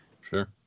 Sure